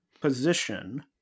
position